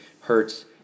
hurts